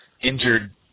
injured